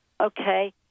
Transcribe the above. okay